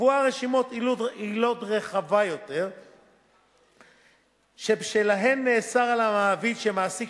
קבועה רשימת עילות רחבה יותר שבשלהן נאסר על מעביד שמעסיק